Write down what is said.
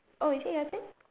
oh is it your turn